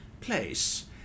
place